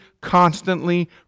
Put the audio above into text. constantly